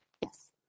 yes